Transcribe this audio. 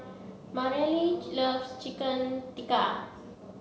Mareli loves Chicken Tikka